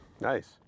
nice